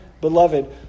beloved